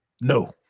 No